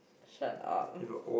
shut up